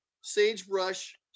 sagebrush